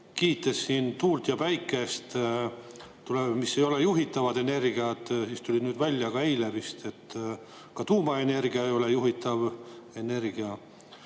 Kiites siin tuult ja päikest, mis ei ole juhitavad energiad, tuli välja, eile vist, et ka tuumaenergia ei ole juhitav energia.